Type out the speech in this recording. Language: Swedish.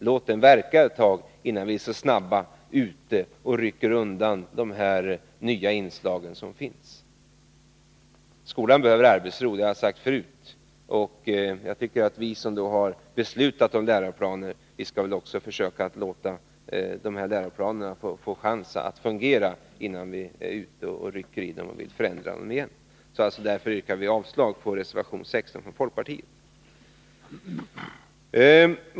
Låt den verka ett tag i stället för att snabbt rycka undan de nya inslag som finns. Skolan behöver arbetsro, och jag tycker att vi som har beslutat om läroplaner också skall låta dem få en chans att fungera innan vi vill förändra dem igen. Därför yrkar vi avslag på reservation 16 från folkpartiet.